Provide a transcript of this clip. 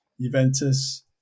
Juventus